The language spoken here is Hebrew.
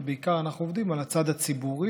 ובעיקר אנחנו עובדים על הצד הציבורי,